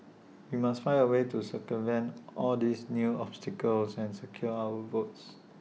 we must find A way to circumvent all these new obstacles and secure our votes